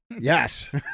yes